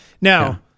Now